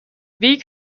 wie